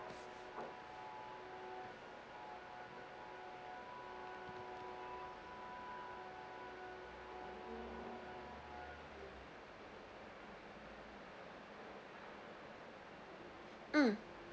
mm